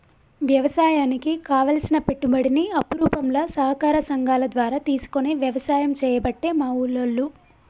వ్యవసాయానికి కావలసిన పెట్టుబడిని అప్పు రూపంల సహకార సంగాల ద్వారా తీసుకొని వ్యసాయం చేయబట్టే మా ఉల్లోళ్ళు